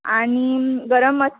आणि गरम मस्